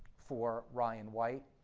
for ryan white.